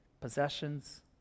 possessions